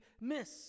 miss